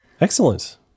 Excellent